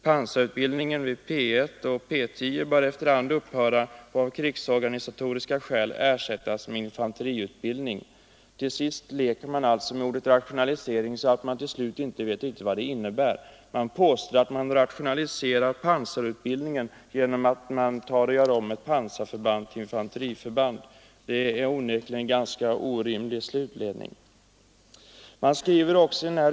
Pansarutbildningen vid Göta livgarde och Södermanlands regemente bör efterhand upphöra och av krigsorganisatoriska skäl ersättas med infanteriutbildning.” Man leker alltså med ordet rationalisering så att man till slut inte vet riktigt vad det innebär. Man påstår att man rationaliserar pansarutbildningen genom att man gör om ett pansarförband till ett infanteriförband. Det är onekligen en ganska orimlig slutledning.